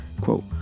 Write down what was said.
quote